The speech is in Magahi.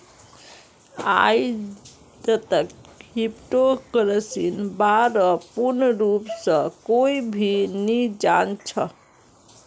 आईजतक क्रिप्टो करन्सीर बा र पूर्ण रूप स कोई भी नी जान छ